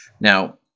Now